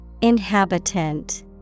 Inhabitant